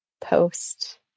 post